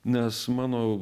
nes mano